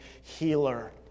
healer